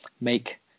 make